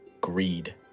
greed